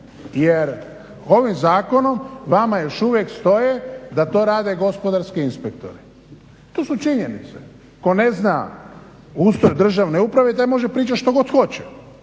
jer ovim zakonom vama još uvijek stoji da to rade gospodarski inspektori. To su činjenice. Tko ne zna ustroj državne uprave taj može pričati što god hoće.